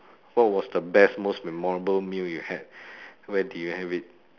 what was the best most memorable meal you had where did you have it